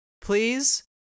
please